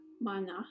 mana